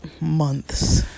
months